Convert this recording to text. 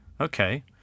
Okay